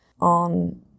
on